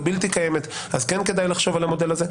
בלתי-קיימת אז כן כדאי לחשוב על המודל הזה.